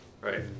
right